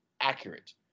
accurate